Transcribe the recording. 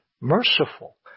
merciful